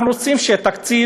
אנחנו רוצים שהתקציב